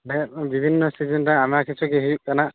ᱦᱮᱸ ᱵᱤᱵᱷᱤᱱᱱᱚ ᱥᱤᱡᱤᱱ ᱨᱮ ᱟᱭᱢᱟ ᱠᱤᱪᱷᱩ ᱜᱮ ᱦᱩᱭᱩᱜ ᱠᱟᱱᱟ